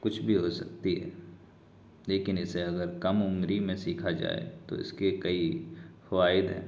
کچھ بھی ہو سکتی ہے لیکن اسے اگر کم عمری میں سیکھا جائے تو اس کے کئی فوائد ہیں